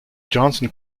johnson